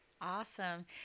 Awesome